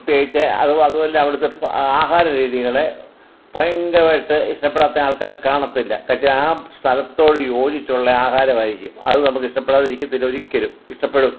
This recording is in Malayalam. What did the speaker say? പ്രത്യേകിച്ച് അത് അതും അല്ല അവിടെത്തെ ആഹാര രീതികള് ഭയങ്കരമായിട്ട് ഇഷ്ടപ്പെടാത്ത ആൾക്കാർ കാണത്തില്ല പക്ഷെ ആ സ്ഥലത്തോട് യോജിച്ചുള്ള ആഹാരമായിരിക്കും അത് നമുക്കിഷ്ടപ്പെടാതിരിക്കത്തില്ല ഒരിക്കലും ഇഷ്ടപ്പെടും